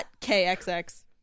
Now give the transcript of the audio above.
KXX